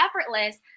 effortless